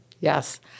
Yes